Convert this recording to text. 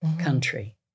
country